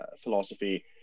philosophy